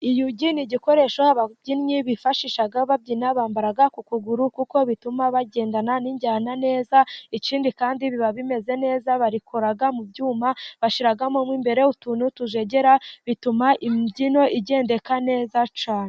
Iyugi ni igikoresho ababyinnyi bifashisha babyina bambara ku kuguru, kuko bituma bagendana n'injyana neza, ikindi kandi biba bimeze neza, barikora mu byuma bashyiramo imbere utuntu tujegera, bituma imbyino igendeka neza cyane.